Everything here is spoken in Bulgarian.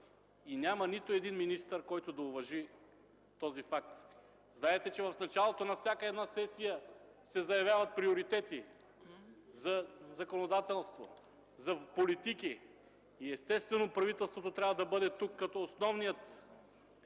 и няма нито един министър, който да уважи този факт. Знаете, че в началото на всяка една сесия се заявяват приоритети за законодателство, за политики. Тук естествено правителството трябва да бъде като основния